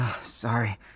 Sorry